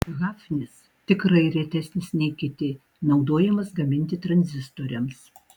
hafnis tikrai retesnis nei kiti naudojamas gaminti tranzistoriams